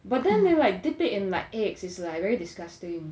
but then they like dip it in like eggs is like very disgusting